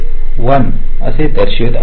1 असे दर्शवित आहेत